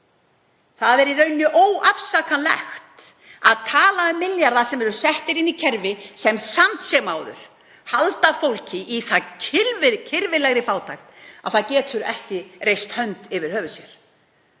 Það er í raun óafsakanlegt að tala um milljarða sem settir séu inn í kerfi sem samt sem áður heldur fólki í svo kirfilegri fátækt að það getur ekki reist hönd yfir höfuð sér.